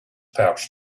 pouch